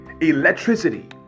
electricity